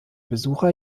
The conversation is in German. besucher